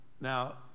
now